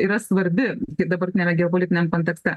yra svarbi taip dabartiniame geopolitiniam kontekste